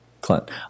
Clint